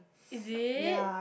is it